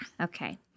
Okay